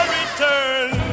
return